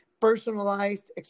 personalized